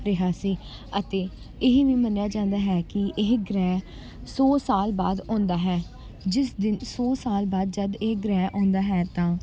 ਰਿਹਾ ਸੀ ਅਤੇ ਇਹ ਵੀ ਮੰਨਿਆ ਜਾਂਦਾ ਹੈ ਕਿ ਇਹ ਗ੍ਰਹਿ ਸੌ ਸਾਲ ਬਾਅਦ ਆਉਂਦਾ ਹੈ ਜਿਸ ਦਿਨ ਸੌ ਸਾਲ ਬਾਅਦ ਜਦ ਇਹ ਗ੍ਰਹਿ ਆਉਂਦਾ ਹੈ ਤਾਂ